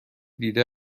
دیده